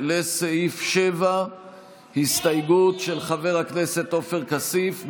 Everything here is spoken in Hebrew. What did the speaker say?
לסעיף 7. ההסתייגות של חבר הכנסת עופר כסיף,